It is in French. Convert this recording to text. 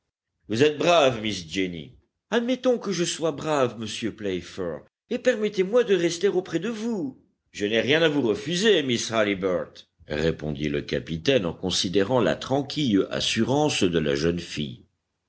vous êtes brave miss jenny admettons que je sois brave monsieur playfair et permettez-moi de rester auprès de vous je n'ai rien à vous refuser miss halliburtt répondit le capitaine en considérant la tranquille assurance de la jeune fille